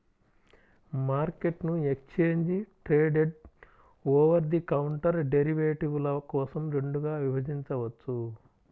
మార్కెట్ను exchange traded, over the counter డెరివేటివ్ల కోసం రెండుగా విభజించవచ్చు